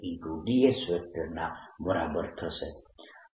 ds ના બરાબર થશે